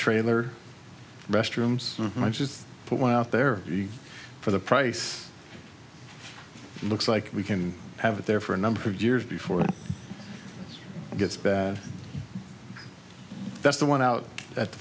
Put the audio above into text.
trailer restrooms and i just put one out there for the price looks like we can have it there for a number of years before it gets bad that's the one out at the